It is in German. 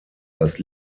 das